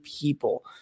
people